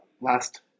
last